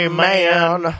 man